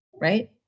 right